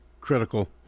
critical